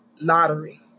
Lottery